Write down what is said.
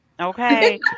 Okay